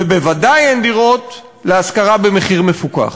ובוודאי אין דירות להשכרה במחיר מפוקח.